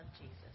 Jesus